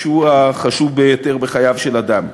שהוא החשוב ביותר בחייו של אדם.